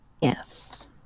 Yes